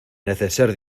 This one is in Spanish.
neceser